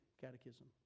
Catechism